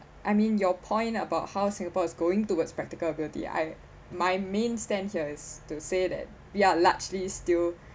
I mean your point about how singapore is going towards practical ability I my main stand here is to say that we are largely still